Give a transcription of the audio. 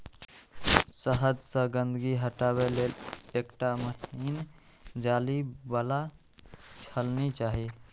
शहद सं गंदगी हटाबै लेल एकटा महीन जाली बला छलनी चाही